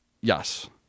Yes